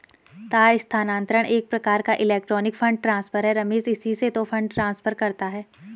तार स्थानांतरण एक प्रकार का इलेक्ट्रोनिक फण्ड ट्रांसफर है रमेश इसी से तो फंड ट्रांसफर करता है